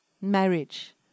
Marriage